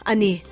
Ani